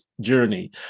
journey